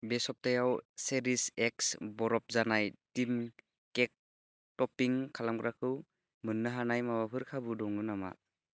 बे सप्तायाव चेरिश एक्स बरफ जानाय थिम केक ट'पिं खालामग्राखौ मोन्नो हानाय माबाफोर खाबु दङ नामा